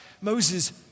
Moses